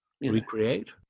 Recreate